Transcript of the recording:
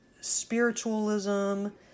spiritualism